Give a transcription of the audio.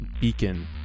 beacon